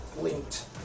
linked